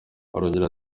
arongera